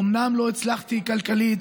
אומנם לא הצלחתי כלכלית,